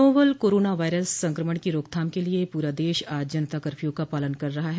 novel corona virus संक्रमण की रोकथाम के लिए पूरा देश आज जनता कर्फ्यू का पालन कर रहा है